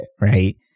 right